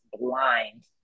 blind